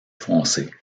foncée